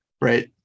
Right